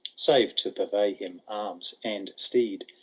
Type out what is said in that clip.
save to purvey him arms and steed,